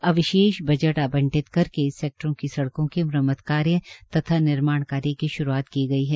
अब विशेष बजट जिम्मा आंबटित करके सैकटरों की सड़कों के मुरम्मत कार्य तथा निर्माण कार्य की श्रूआत की गई है